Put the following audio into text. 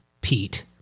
Pete